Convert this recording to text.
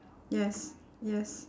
yes yes